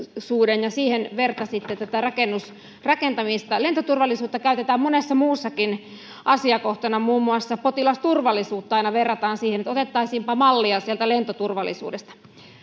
ja siihen vertasitte tätä rakentamista lentoturvallisuutta käytetään monessa muussakin asiakohtana muun muassa potilasturvallisuutta aina verrataan siihen että otettaisiinpa mallia sieltä lentoturvallisuudesta